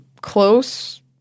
close –